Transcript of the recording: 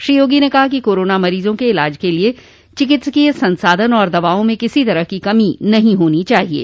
श्री योगी ने कहा कि कोरोना मरीजों के इलाज के लिये चिकित्सीय संसाधन और दवाओं में किसी भी तरह की कमी नहीं होनी चाहिये